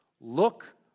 Look